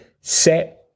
set